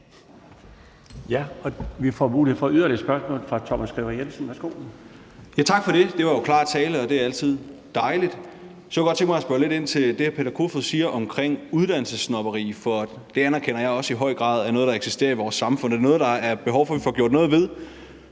Tak for det. Det var jo klar tale, og det er altid dejligt. Så kunne jeg godt tænke mig at spørge lidt ind til det, hr. Peter Kofod siger om uddannelsessnobberi, for det anerkender jeg også i høj grad er noget, der eksisterer i vores samfund. Det er noget, der er behov for at vi får gjort noget ved.